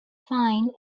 find